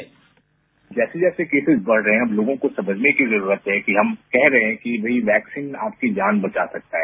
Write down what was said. bite जैसे जैसे cases बढ रहे हैं हमलोगों को समझने की जरूरत है कि हम कह रहे हैं कि वैक्सीन आपकी जान बचा सकता है